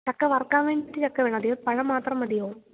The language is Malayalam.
ചക്ക വറക്കാന് വേണ്ടിയിട്ട് ചക്ക വേണോ അതെയോ പഴം മാത്രം മതിയോ